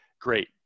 Great